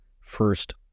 first